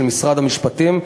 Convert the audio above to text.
של משרד המשפטים,